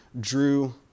drew